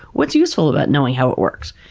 what's useful about knowing how it works?